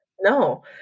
No